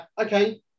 okay